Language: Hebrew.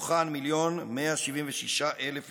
ומתוכן 1,176,000 ילדים,